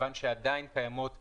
מכיוון שעדיין קיימות הגבלות,